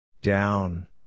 Down